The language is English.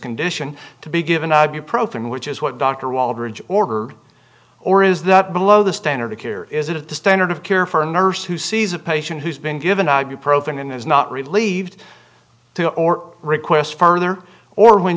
condition to be given ibuprofen which is what dr walbridge order or is that below the standard of care is it is the standard of care for a nurse who sees a patient who's been given ibuprofen and is not relieved to or request further or when